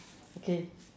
okay